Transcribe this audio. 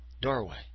doorway